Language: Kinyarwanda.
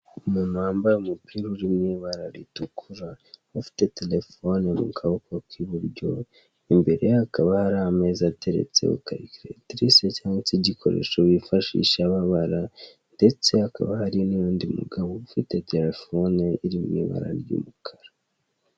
Umuntu wambaye umupira uri mu ibara ritukura afite terefone mu kaboko k' iburyo, imbere hakaba hari ameza ateretseho karigatirise cyangwa se igikoresho bifashisha babara ndetse hakaba hari n' uwundi mugabo ufite terefone irimo ibara ry' umukara.